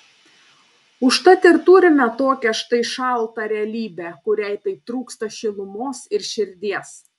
užtat ir turime tokią štai šaltą realybę kuriai taip trūksta šilumos ir širdies